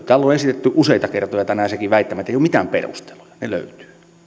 täällä on esitetty useita kertoja tänään sekin väittämä että ei ole mitään perusteluja ne löytyvät